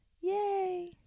Yay